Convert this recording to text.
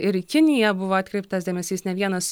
ir į kiniją buvo atkreiptas dėmesys ne vienas